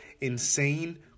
insane